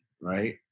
right